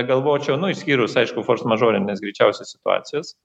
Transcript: galvočiau nu išskyrus aišku fors mažorines greičiausiai situacijas